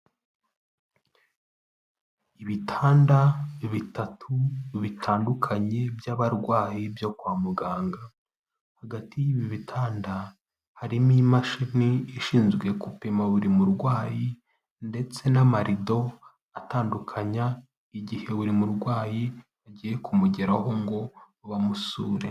Ibitanda bitatu bitandukanye by'abarwayi byo kwa muganga, hagati y'ibi bitanda harimo imashini ishinzwe gupima buri murwayi ndetse n'amarido atandukanya igihe buri murwayi bagiye kumugeraho ngo bamusure.